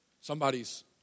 Somebody's